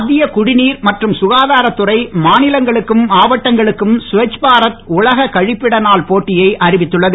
மத்திய குடிநீர் மற்றும் சுகாதாரத்துறை மாநிலங்களுக்கும் மாவட்டங்களுக்கும் ஸ்வச் பாரத் உலக கழிப்பிட நாள் போட்டியை அறிவித்துள்ளது